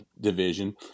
division